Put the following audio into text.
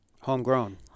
homegrown